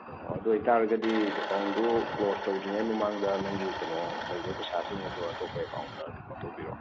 ꯑꯣ ꯑꯗꯨ ꯑꯣꯏꯇꯥꯔꯒꯗꯤ ꯑꯦꯀꯥꯎꯟꯗꯨ ꯀ꯭ꯂꯣꯖ ꯇꯧꯗ꯭ꯔꯤꯉꯩ ꯃꯃꯥꯡꯗ ꯅꯪꯒꯤ ꯀꯩꯅꯣ ꯂꯩꯕ ꯄꯩꯁꯥꯁꯤꯡ ꯑꯗꯣ ꯑꯇꯣꯞꯄ ꯑꯦꯀꯥꯎꯟꯗ ꯀꯩꯅꯣ ꯇꯧꯕꯤꯔꯣ